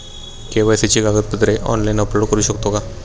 KYC ची कागदपत्रे online upload करू शकतो का?